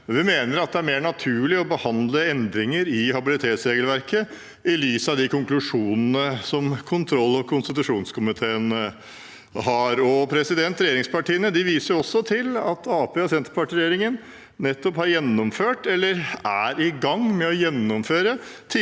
Vi mener at det er mer naturlig å behandle endringer i habilitetsregelverket i lys av konklusjonene i kontroll- og konstitusjonskomiteen. Regjeringspartiene viser også til at Arbeiderparti–Senterparti-regjeringen nettopp har gjennomført, eller er i gang med å gjennomføre,